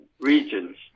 Regions